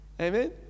Amen